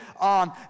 on